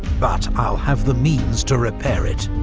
but i'll have the means to repair it.